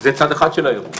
זה צד אחד של האירוע.